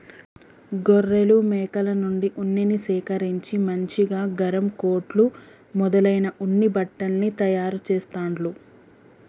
గొర్రెలు మేకల నుండి ఉన్నిని సేకరించి మంచిగా గరం కోట్లు మొదలైన ఉన్ని బట్టల్ని తయారు చెస్తాండ్లు